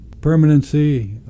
permanency